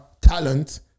talent